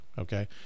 okay